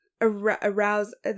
arouse